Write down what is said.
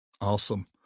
awesome